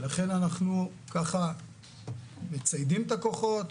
אנחנו מציידים את הכוחות,